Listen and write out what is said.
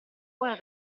ora